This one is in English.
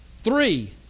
Three